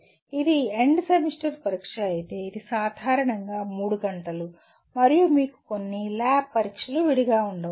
ఇది end semester పరీక్ష అయితే ఇది సాధారణంగా 3 గంటలు మరియు మీకు కొన్ని ల్యాబ్ పరీక్షలు విడిగా ఉండవచ్చు